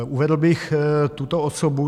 Uvedl bych tuto osobu.